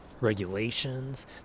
regulations